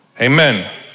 Amen